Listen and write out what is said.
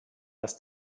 das